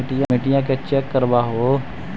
मिट्टीया के चेक करबाबहू?